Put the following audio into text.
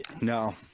No